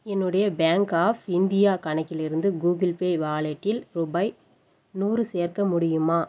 என்னுடைய bank of India கணக்கிலிருந்து Google Pay வாலெட்டில் ரூபாய் நூறு சேர்க்க முடியுமா